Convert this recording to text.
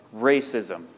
racism